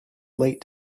late